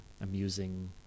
amusing